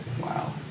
Wow